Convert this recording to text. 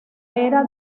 era